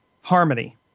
harmony